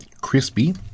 crispy